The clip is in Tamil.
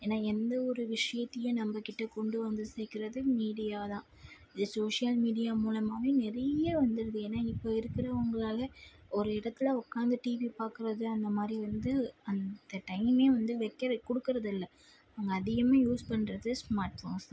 ஏன்னால் எந்தவொரு விஷயத்தையும் நம்மக் கிட்டே கொண்டு வந்து சேர்க்குறது மீடியா தான் இந்த சோஷியல் மீடியா மூலமாகவே நிறைய வந்துடுது ஏன்னால் இப்போ இருக்கிறவங்களால ஒரு இடத்துல உட்காந்து டிவி பார்க்கறது அந்தமாதிரி வந்து அந்த டைமே வந்து வைக்கற கொடுக்கறது இல்லை அவங்க அதிகமாக யூஸ் பண்ணுறது ஸ்மார்ட் ஃபோன்ஸ் தான்